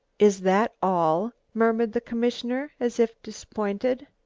is that all? murmured the commissioner, as if disappointed.